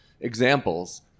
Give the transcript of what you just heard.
examples